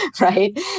right